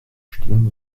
stirn